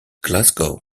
glasgow